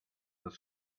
das